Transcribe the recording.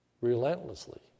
relentlessly